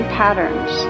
patterns